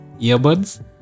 earbuds